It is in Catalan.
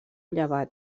llevat